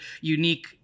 unique